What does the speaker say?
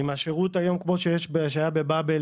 עם השירות כמו שהיה בבאבל,